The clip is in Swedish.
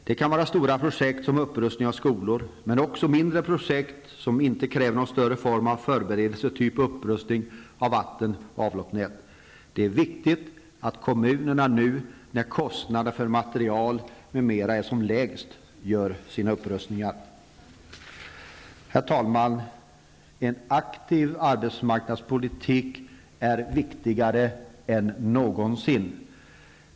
Det kan vara stora projekt som upprustning av skolor, men också mindre projekt som inte kräver någon större form av förberedelse, t.ex. upprustning av vatten och avloppsnät. Det är viktigt att kommunerna nu när kostnaderna för material m.m. är som lägst gör upprustningar. Herr talman! En aktiv arbetsmarknadspolitik är viktigare än någonsin.